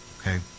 Okay